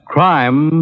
Crime